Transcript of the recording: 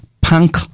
punk